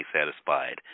satisfied